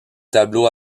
tableaux